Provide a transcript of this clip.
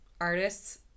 artists